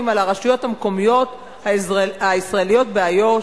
על הרשויות המקומיות הישראליות באיו"ש.